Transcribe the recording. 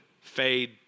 fade